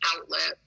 outlet